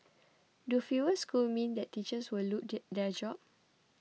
do fewer schools mean that teachers will lose their jobs